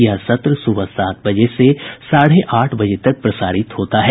यह सत्र सुबह सात बजे से साढ़े आठ बजे तक प्रसारित होता है